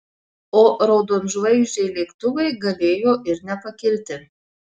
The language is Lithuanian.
o raudonžvaigždžiai lėktuvai galėjo ir nepakilti